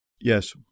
Yes